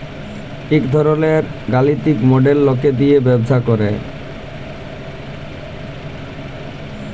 ইক ধরলের গালিতিক মডেল লকে দিয়ে ব্যবসা করে